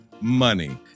Money